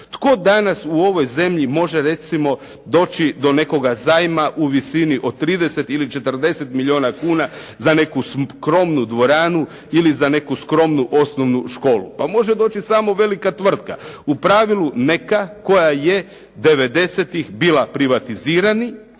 Tako danas u ovoj zemlji može recimo doći do nekoga zajma u visini 30 ili 40 milijuna kuna za neku skromnu dvoranu ili za neku skromnu osnovnu školu. Pa može doći samo velika tvrtka. U pravilu neka koja je '90.-ih bila privatizirana